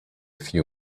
few